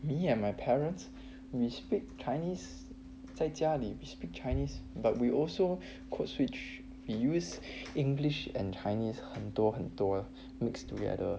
me and my parents we speak chinese 在家里 speak chinese but we also code switch we used english and chinese 很多很多 mix together